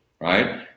right